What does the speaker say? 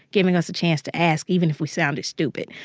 giving us a chance to ask even if we sounded stupid.